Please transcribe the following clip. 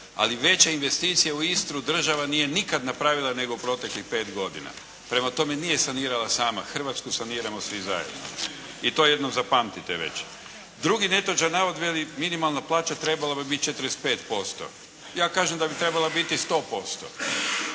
Ali veća investicija u Istru država nije nikada napravila nego proteklih pet godina. Prema tome nije sanirala sama Hrvatsku, saniramo svi zajedno. I to jednom zapamtite već! Drugi netočan navod veli minimalna plaća trebala bi biti 45%. Ja kažem da bi trebala biti 100%.